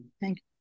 Thank